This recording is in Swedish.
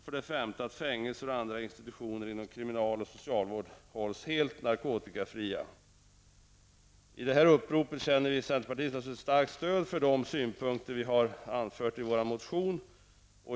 För det femte skall fängelser och andra institutioner inom kriminal och socialvård hållas helt narkotikafria. Herr talman! Vi i centerpartiet känner ett starkt stöd för de synpunkter vi har anfört i vår motion.